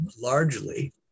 largely